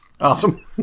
Awesome